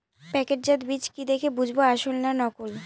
প্যাকেটজাত বীজ কি দেখে বুঝব আসল না নকল?